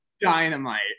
dynamite